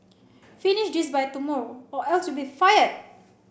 finish this by tomorrow or else you'll be fired